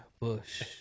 Bush